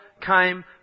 came